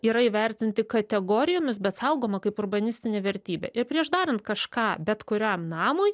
yra įvertinti kategorijomis bet saugoma kaip urbanistinė vertybė ir prieš darant kažką bet kuriam namui